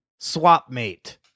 swapmate